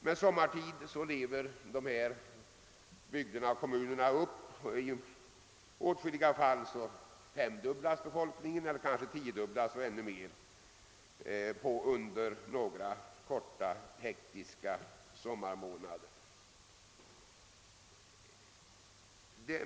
Men sommartid lever dessa kommuner upp — befolkningen femeller tiodubblas under några korta hektiska sommarmånader.